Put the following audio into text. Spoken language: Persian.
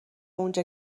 اونجا